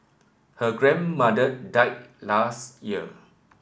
her grandmother died last year